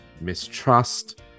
mistrust